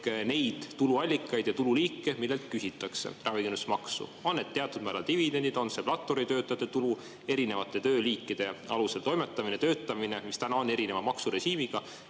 neid tuluallikaid ja tululiike, millelt küsitakse ravikindlustusmaksu, on need siis teatud määral dividendid, on see platvormitöötajate tulu, erinevate tööliikide alusel toimetamine-töötamine, mis täna on erineva maksurežiimiga,